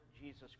Jesus